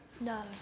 No